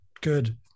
good